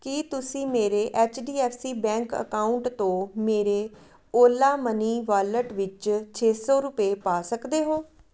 ਕੀ ਤੁਸੀਂ ਮੇਰੇ H D F C bank account ਤੋਂ ਮੇਰੇ ਓਲਾ ਮਨੀ ਵਾਲਟ ਵਿੱਚ ਛੇ ਸੌ ਰੁਪਏ ਪਾ ਸਕਦੇ ਹੋ